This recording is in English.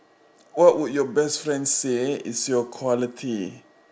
what would your best friend say is your quality